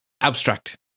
Abstract